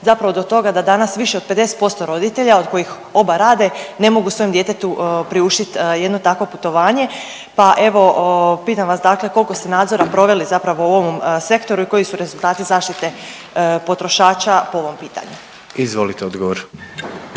zapravo do toga da danas više od 50% roditelja, od kojih oba rade, ne mogu svojem djetetu priuštiti jedno takvo putovanje, pa evo, pitam vas, dakle koliko ste nadzora proveli zapravo u ovom sektoru i koji su rezultati zaštite potrošača po ovom pitanju. **Jandroković,